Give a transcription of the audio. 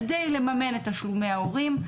כדי לממן תשלום מההורים.